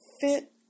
fit